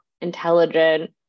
intelligent